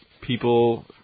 people